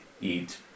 eat